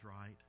right